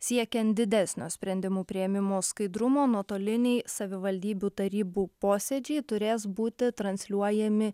siekiant didesnio sprendimų priėmimo skaidrumo nuotoliniai savivaldybių tarybų posėdžiai turės būti transliuojami